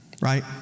right